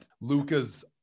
Lucas